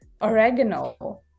oregano